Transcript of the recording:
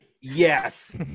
Yes